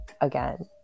again